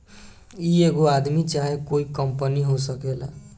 ई एगो आदमी चाहे कोइ कंपनी हो सकेला